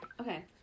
Okay